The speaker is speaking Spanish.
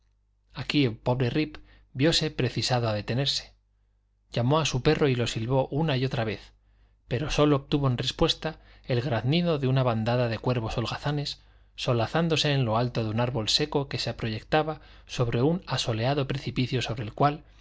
aquí el pobre rip vióse precisado a detenerse llamó a su perro y lo silbó una y otra vez pero sólo obtuvo en respuesta el graznido de una bandada de cuervos holgazanes solazándose en lo alto de un árbol seco que se proyectaba sobre un asoleado precipicio desde el cual